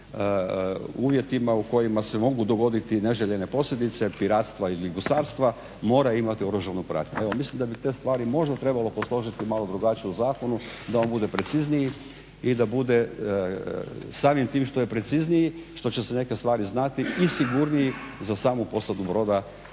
uvjetima u kojima se mogu dogoditi neželjene posljedice piratstva ili gusarstva, mora imati oružanu pratnju. Evo mislim da bi te stvari možda trebalo posložiti malo drugačije u zakonu da on bude precizniji i da bude samim tim što je precizniji, što će se neke stvari znati i sigurniji za samu posadu broda